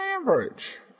average